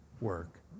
work